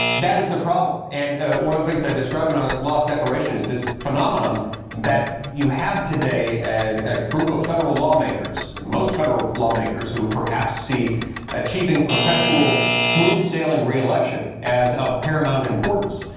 that is the problem. and one of the things i describe in our lost declaration is this phenomenon that you have today a group of federal lawmakers, most federal lawmakers who perhaps see achieving perpetual smooth sailing reelection as of pair mount importance.